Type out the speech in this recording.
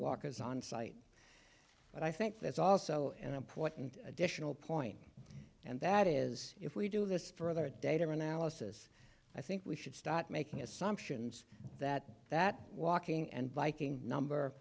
walk as onsite but i think that's also an important additional point and that is if we do this further data analysis i think we should start making assumptions that that walking and biking number